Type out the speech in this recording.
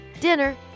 dinner